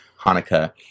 Hanukkah